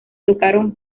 tocaron